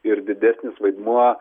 ir didesnis vaidmuo